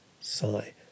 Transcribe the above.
sigh